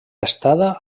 estada